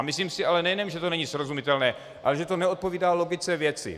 Myslím si ale, nejenom že to není srozumitelné, ale že to neodpovídá logice věci.